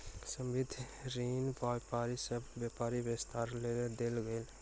संबंद्ध ऋण व्यापारी सभ के व्यापार विस्तारक लेल देल गेल